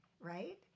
right